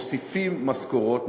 מוסיפים משכורות,